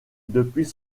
depuis